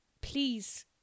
please